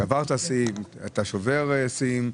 שברת שיאים ואתה שובר שיאים.